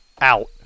out